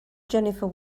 jennifer